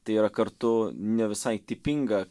tai yra kartu ne visai tipinga